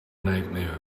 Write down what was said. nightmare